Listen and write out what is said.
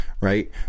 Right